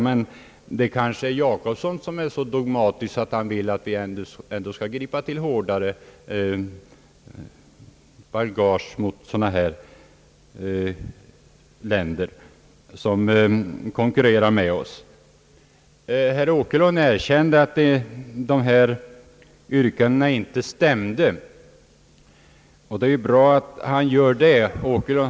Men det är kanske herr Jacobsson som är så dogmatisk att han vill att vi skall ta hårdare tag mot länder som konkurrerar med oss. Herr Åkerlund erkände att yrkandena inte stämde. Det är bra att han gjor de det.